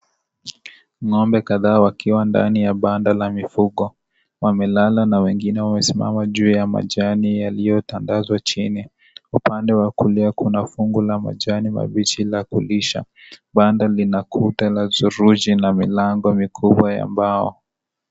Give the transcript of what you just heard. Ng'ombe kadhaa wa kiwandani ya banda la mifugo. Wamelala na wengine wamesimama juu ya majani yaliyotandazwa china. Upande wa kulia kuna fungu la majani mabichi la kulisha. Banda ni la kutu la turuchi uwanja na milango mikubwa ya mbao.